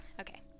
okay